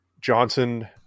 Johnson